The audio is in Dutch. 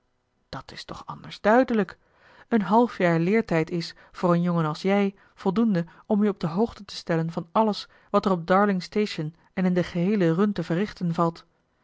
dat is toch anders duidelijk een half jaar leertijd is voor een jongen als jij voldoende om je op de hoogte te stellen van alles wat er op darlingstation en in de geheele run te verrichten valt